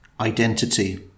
identity